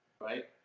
right